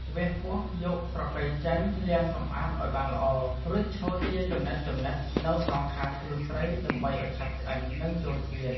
វះពោះ យកស្រកីចេញ លាងសម្អាតឲ្យបានល្អ រួចឆូតជាចំណិតៗនៅសងខាងខ្លួនត្រីដើម្បីឲ្យឆាប់ឆ្អិន និងចូលជាតិ។